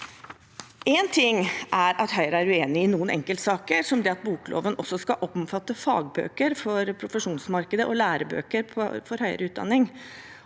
Én ting er at Høyre er uenig i noen enkeltsaker, som at bokloven også skal omfatte fagbøker for profesjonsmarkedet og lærebøker for høyere utdanning